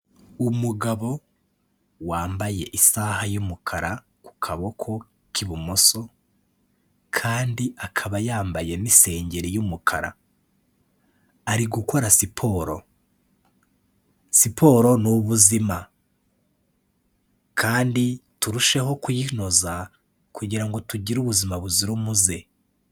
Umugabo wambaye isaha y'umukara ku kaboko k'ibumoso, kandi akaba yambaye n'isengeri y'umukara, ari gukora siporo, siporo ni ubuzima kandi turusheho kuyinoza kugirango tugire ubuzima buzira umuze.